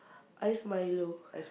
ice milo